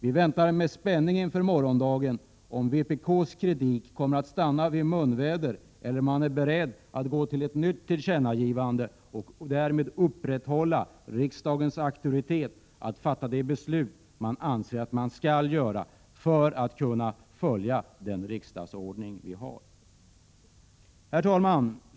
Vi väntar med spänning på morgondagen och frågar oss om vpk:s kritik kommer att stanna vid munväder eller om man är beredd att gå till ett nytt tillkännagivande och därmed upprätthålla riksdagens auktoritet att fatta de beslut som vi anser att vi skall fatta för att följa den riksdagsordning som vi har. Herr talman!